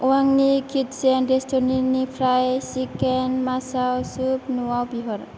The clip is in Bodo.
वांनि किटचेन रेस्टुरेन्टनिफ्राय चिकेन माचाव सुप न'आव बिहर